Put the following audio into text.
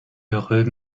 heureux